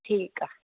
ठीकु आहे